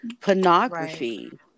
pornography